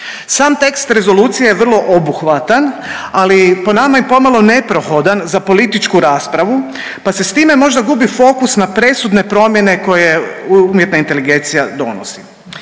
Sam tekst rezolucije je vrlo obuhvatan, ali po nama i pomalo neprohodan za političku raspravu pa se s time možda gubi fokus na presudne promjene koje umjetna inteligencija donosi.